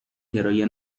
کرایه